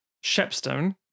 shepstone